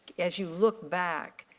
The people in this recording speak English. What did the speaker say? as you look back,